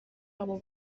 abo